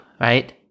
right